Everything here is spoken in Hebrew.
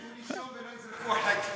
שייתנו לישון ולא יזרקו עלי טילים.